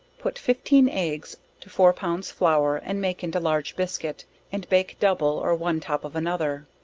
put fifteen eggs to four pounds flour and make into large biscuit and bake double, or one top of another.